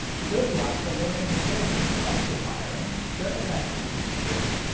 good luck avoiding the building's electrical wiring they're eventually gonna share.